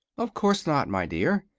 of course not, my dear.